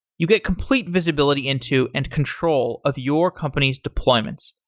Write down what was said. you get complete visibility into and control of your company's deployments.